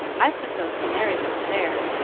i put those canaries over there,